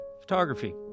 Photography